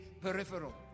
peripheral